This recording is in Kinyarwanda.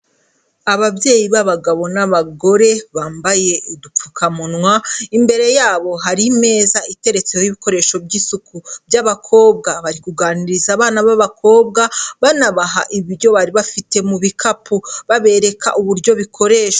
Ababyeyi b'abagabo n'abagore bambaye udupfukamunwa, imbere yabo hari imeza iteretseho ibikoresho by'isuku by'abakobwa, bari kuganiriza abana b'abakobwa banabaha ibyo bari bafite mu bikapu babereka uburyo bikoreshwa.